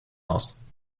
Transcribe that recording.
house